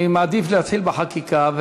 אני מעדיף להתחיל בחקיקה,